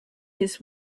his